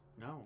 No